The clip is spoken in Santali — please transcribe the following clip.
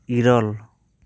ᱤᱨᱟᱹᱞ